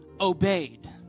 obeyed